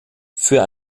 für